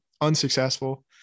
unsuccessful